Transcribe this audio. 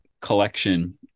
collection